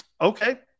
okay